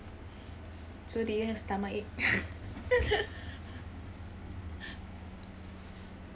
so do you have stomach ache